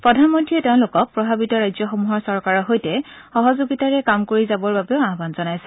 প্ৰধানমন্ত্ৰীয়ে তেওঁলোকক প্ৰভাৱিত ৰাজ্যসমূহৰ চৰকাৰৰ সৈতে সহযোগিতাৰে কাম কৰি যাবৰ বাবে আয়ান জনাইছে